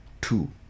two